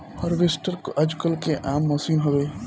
harvester आजकल के आम मसीन हवे